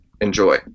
enjoy